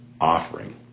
offering